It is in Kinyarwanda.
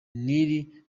n’iri